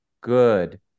good